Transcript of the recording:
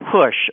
push